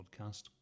podcast